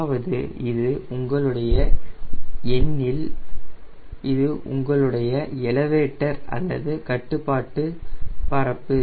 அதாவது இது உங்களுடைய எண்ணில் இது உங்களுடைய எலவேட்டர் அல்லது கட்டுப்பாட்டு பரப்பு